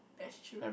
that's true